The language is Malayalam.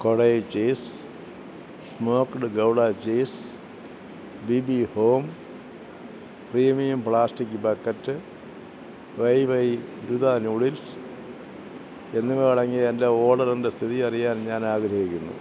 Kodai cheese smoked gouda cheese B B home premium plastic bucket Wai Wai ദ്രുത നൂഡിൽസ് എന്നിവ അടങ്ങിയ എന്റെ ഓർഡറിന്റെ സ്ഥിതി അറിയാൻ ഞാനാഗ്രഹിക്കുന്നു